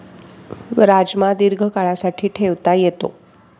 राजमा दीर्घकाळासाठी ठेवता येतो